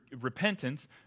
repentance